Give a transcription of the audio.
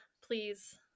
please